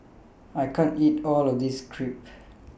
I can't eat All of This Crepe